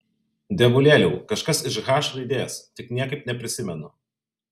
dievulėliau kažkas iš h raidės tik niekaip neprisimenu